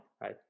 right